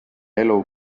elu